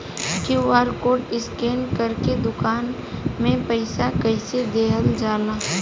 QR code scan करके दुकान में पईसा कइसे देल जाला?